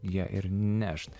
ją ir nešt